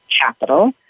capital